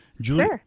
Julie